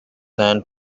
hand